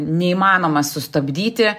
neįmanoma sustabdyti